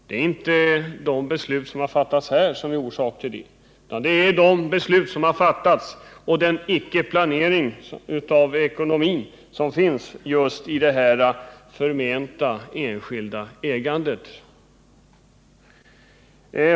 Det är inte de beslut som fattats här som är orsak till dem, utan de beslut som fattats och den ekonomiska planlöshet som finns just inom det här förmenta enskilda ägandet.